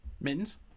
mittens